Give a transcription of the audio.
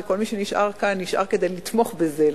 כל מי שנשאר כאן נשאר כדי לתמוך בזה,